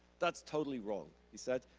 that's totally wrong. he said,